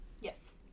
Yes